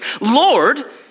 Lord